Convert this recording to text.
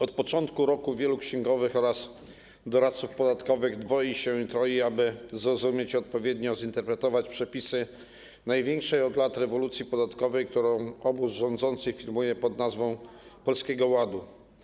Od początku roku wielu księgowych oraz doradców podatkowych dwoi się i troi, aby zrozumieć i odpowiednio zinterpretować przepisy największej od lat rewolucji podatkowej, którą obóz rządzący firmuje pod nazwą Polskiego Ładu.